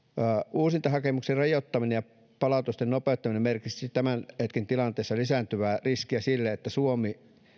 uusintahakemuksen rajoittaminen ja palautusten nopeuttaminen merkitsisivät tämän hetken tilanteessa lisääntyvää riskiä sille että suomi